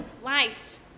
Life